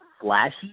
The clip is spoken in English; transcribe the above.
flashy